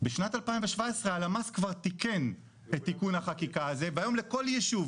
בשנת 2017 הלמ"ס כבר תיקן את תיקון החקיקה הזה והיום לכל ישוב,